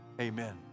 Amen